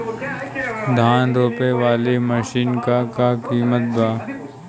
धान रोपे वाली मशीन क का कीमत बा?